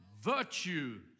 virtue